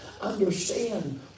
understand